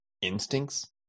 instincts